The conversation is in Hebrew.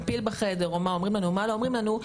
הפיל בחדר ומה אומרים לנו ומה לא אומרים לנו,